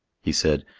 he said,